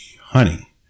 honey